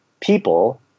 people